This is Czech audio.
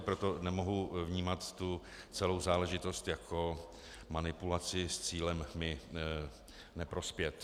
Proto nemohu vnímat celou záležitost jako manipulaci s cílem mi neprospět.